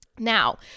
Now